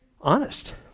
Honest